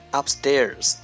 upstairs